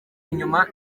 nyuma